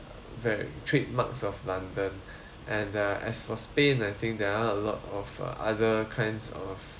the trademarks of london and uh as for spain I think there are a lot of uh other kinds of